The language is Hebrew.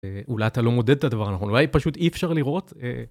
אולי אתה לא מודד את הדבר הנכון, אולי פשוט אי אפשר לראות.